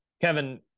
Kevin